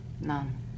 None